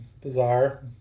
bizarre